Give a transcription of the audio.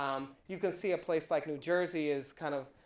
um you can see a place like new jersey is kind of,